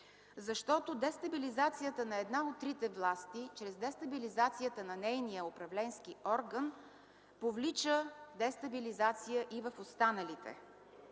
защото дестабилизацията на една от трите власти чрез дестабилизацията на нейния управленски орган повлича дестабилизация и в останалите.